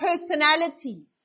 personality